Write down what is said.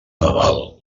nadal